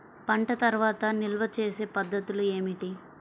పంట తర్వాత నిల్వ చేసే పద్ధతులు ఏమిటి?